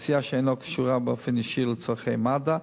נסיעה שאינה קשורה באופן ישיר לצורכי מד"א,